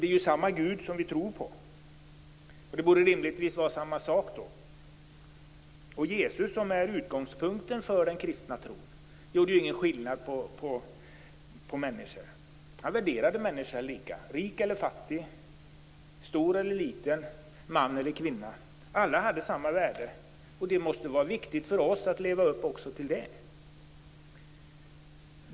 Det är samma Gud som vi tror på, och det borde då rimligtvis vara samma sak. Jesus, som är utgångspunkten för den kristna tron, gjorde ingen skillnad på människor. Han värderade människor lika: rik eller fattig, stor eller liten, man eller kvinna - alla hade samma värde. Det måste vara viktigt för oss att leva upp också till det.